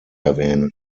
erwähnen